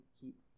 keep